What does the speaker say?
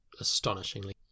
astonishingly